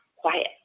Quiet